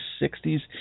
60s